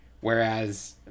whereas